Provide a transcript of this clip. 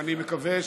ואני מקווה,